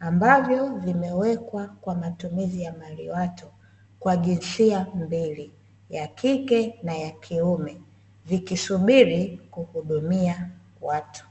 ambavyo vimewekwa kwa matumizi ya maliwatu kwa jinsia, mbili ya kike na ya kiume; vikisubiri kuhudumia watu.